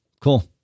Cool